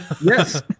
Yes